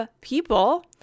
people